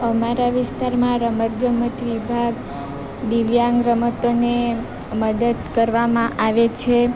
અમારા વિસ્તારમાં રમત ગમત વિભાગ દિવ્યાંગ રમતોને મદદ કરવામાં આવે છે